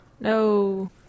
No